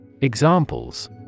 Examples